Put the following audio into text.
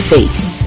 Faith